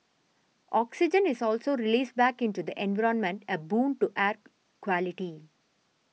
oxygen is also released back into the environment a boon to air quality